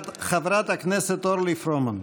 חברת הכנסת אורלי פרומן.